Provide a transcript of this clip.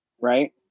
Right